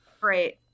great